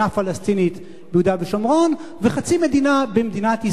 מדינה פלסטינית ביהודה ושומרון וחצי מדינה במדינת ישראל,